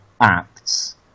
acts